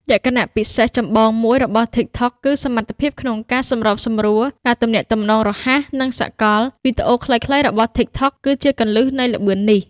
លក្ខណៈពិសេសចម្បងមួយរបស់ TikTok គឺសមត្ថភាពក្នុងការសម្របសម្រួល ការទំនាក់ទំនងរហ័ស និងសកល វីដេអូខ្លីៗរបស់ TikTok គឺជាគន្លឹះនៃល្បឿននេះ។